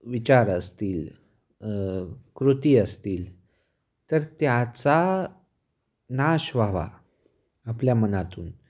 विचार असतील कृती असतील तर त्याचा नाश व्हावा आपल्या मनातून